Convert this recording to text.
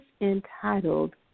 entitled